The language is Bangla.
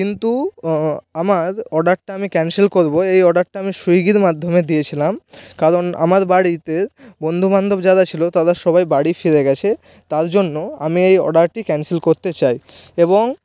কিন্তু আমার অর্ডাররটা আমি ক্যান্সেল করবো এই অর্ডারটা আমি সুইগির মাধ্যমে দিয়েছিলাম কারণ আমার বাড়িতে বন্ধু বান্ধব যারা ছিলো তারা সবাই বাড়ি ফিরে গেছে তার জন্য আমি এই অর্ডারটি ক্যান্সেল করতে চাই এবং